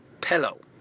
pillow